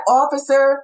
officer